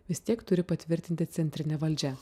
vis tiek turi patvirtinti centrinė valdžia